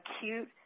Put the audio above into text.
acute